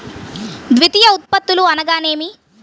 ద్వితీయ ఉత్పత్తులు అనగా నేమి?